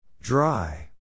Dry